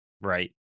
right